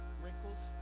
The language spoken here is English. wrinkles